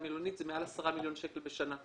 המלונית זה מעל 10 מיליון שקלים בשנה.